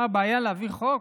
מה, בעיה להעביר חוק?